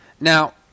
Now